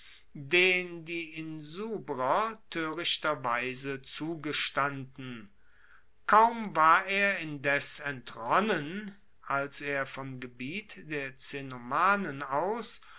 den die insubrer toerichterweise zugestanden kaum war er indes entronnen als er vom gebiet der cenomanen aus